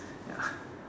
ya